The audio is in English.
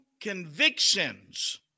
convictions